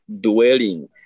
dwelling